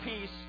peace